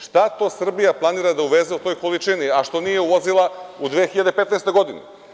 Šta to Srbija planira da uveze u toj količini, a što nije uvozila 2015. godine.